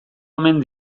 omen